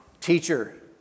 teacher